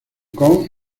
kong